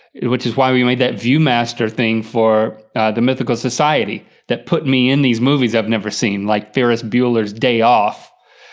which is why we made that viewmaster thing for the mythical society that put me in these movies i've never seen like ferris bueller's day off.